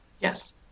Yes